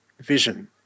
vision